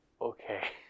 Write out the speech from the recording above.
Okay